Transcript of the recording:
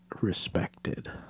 respected